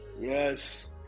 Yes